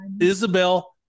Isabel